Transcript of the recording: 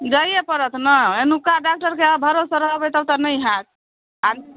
जाइए पड़त ने एनुका डॉक्टरके अहाँ भरोसे रहबै तब तऽ नहि हैत आ